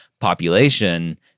population